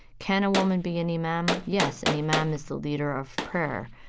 can a woman be an imam? yes an imam is the leader of prayer.